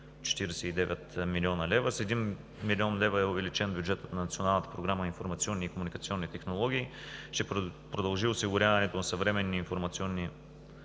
49 млн. лв. С 1 млн. лв. е увеличен бюджетът на Националната програма „Информационни и комуникационни технологии“. Ще продължи осигуряването на съвременни информационни